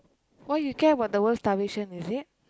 why you care about the world starvation is it